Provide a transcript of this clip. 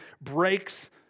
breaks